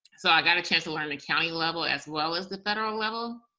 so, i got a chance to learn the county level as well as the federal level,